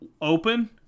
open